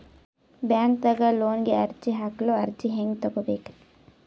ಬ್ಯಾಂಕ್ದಾಗ ಲೋನ್ ಗೆ ಅರ್ಜಿ ಹಾಕಲು ಅರ್ಜಿ ಹೆಂಗ್ ತಗೊಬೇಕ್ರಿ?